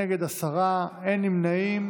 נגד, עשרה, אין נמנעים.